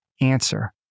answer